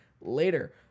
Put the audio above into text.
later